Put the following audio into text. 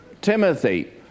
Timothy